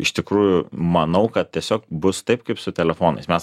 iš tikrųjų manau kad tiesiog bus taip kaip su telefonais mes